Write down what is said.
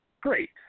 Great